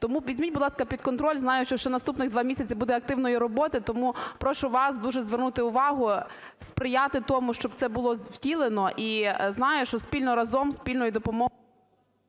Тому візьміть, будь ласка, під контроль, знаючи, що наступних два місяці буде активної роботи, тому прошу вас дуже звернути увагу, сприяти тому, щоб це було втілено. І знаю, що спільно разом, спільною… ГОЛОВУЮЧИЙ.